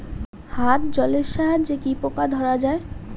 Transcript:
হাত জলের সাহায্যে কি পোকা ধরা যায়?